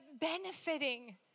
benefiting